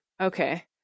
Okay